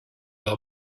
got